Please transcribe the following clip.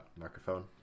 microphone